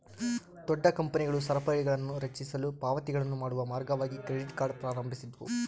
ದೊಡ್ಡ ಕಂಪನಿಗಳು ಸರಪಳಿಗಳನ್ನುರಚಿಸಲು ಪಾವತಿಗಳನ್ನು ಮಾಡುವ ಮಾರ್ಗವಾಗಿ ಕ್ರೆಡಿಟ್ ಕಾರ್ಡ್ ಪ್ರಾರಂಭಿಸಿದ್ವು